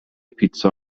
پیتزا